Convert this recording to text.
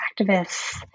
activists